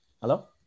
hello